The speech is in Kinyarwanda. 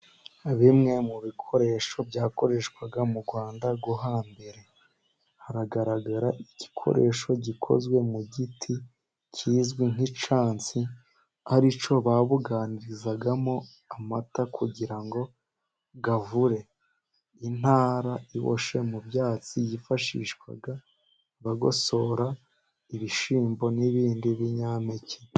Bimwe mu bikoresho byakoreshwaga mu Rwanda rwo hambere, haragaragara igikoresho gikozwe mu giti kizwi nk'icyansi ari cyo babuganizagamo amata, kugira ngo avure. Intara iboshye mu byatsi, yifashishwaga bagosora ibishyimbo, n'ibindi binyampeke.